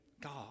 God